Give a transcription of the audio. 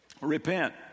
repent